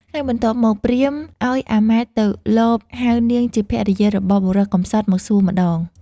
ថ្ងៃបន្ទាប់មក ព្រាហ្មណ៍ឲ្យអាមាត្យទៅលបហៅនាងជាភរិយារបស់បុរសកម្សត់មកសួរម្តង។